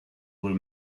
were